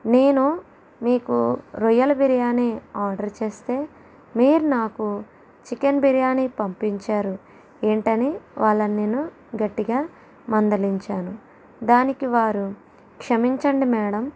నేను మీకు రొయ్యల బిర్యానీ ఆర్డర్ చేస్తే మీరు నాకు చికెన్ బిర్యానీ పంపించారు ఏంటి అని వాళ్ళని నేను గట్టిగా మందలించాను దానికి వారు క్షమించండి మేడం